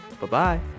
Bye-bye